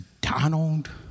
Donald